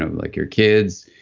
um like your kids.